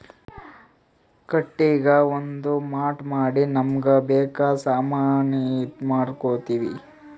ಕಟ್ಟಿಗಿಗಾ ಒಂದ್ ಮಾಟ್ ಮಾಡಿ ನಮ್ಮ್ಗ್ ಬೇಕಾದ್ ಸಾಮಾನಿ ಮಾಡ್ಕೋತೀವಿ